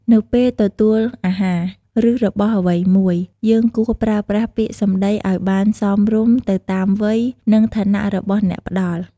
នៅពេលទទួលអាហារ ឬរបស់អ្វីមួយ យើងគួរប្រើប្រាស់ពាក្យសម្ដីឲ្យបានសមរម្យទៅតាមវ័យ និងឋានៈរបស់អ្នកផ្ដល់។